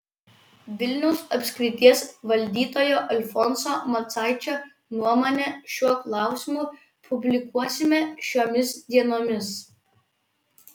vilniaus apskrities valdytojo alfonso macaičio nuomonę šiuo klausimu publikuosime šiomis dienomis